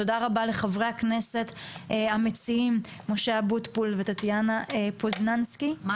תודה רבה לחברי הכנסת המציעים משה אבוטבול וטטיאנה מזרסקי.